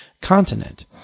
continent